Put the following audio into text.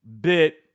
bit